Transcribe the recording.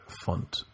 font